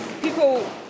people